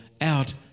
out